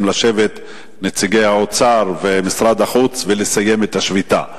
לשבת נציגי האוצר ומשרד החוץ ולסיים את השביתה.